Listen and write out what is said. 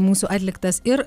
mūsų atliktas ir